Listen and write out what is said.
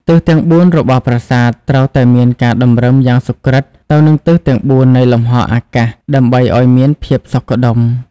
ទិសទាំងបួនរបស់ប្រាសាទត្រូវតែមានការតម្រឹមយ៉ាងសុក្រិតទៅនឹងទិសទាំងបួននៃលំហអាកាសដើម្បីឲ្យមានភាពសុខដុម។